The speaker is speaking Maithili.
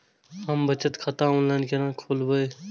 हम बचत खाता ऑनलाइन केना खोलैब?